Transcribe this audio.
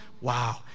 Wow